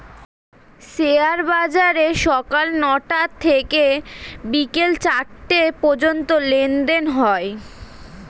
share বাজারে সকাল নয়টা থেকে বিকেল চারটে পর্যন্ত লেনদেন হয়